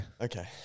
okay